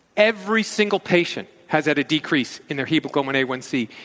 every single patient has had a decrease in their hemoglobin a one c,